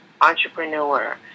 entrepreneur